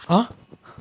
a